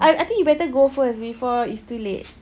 I I think you better go first before it's too late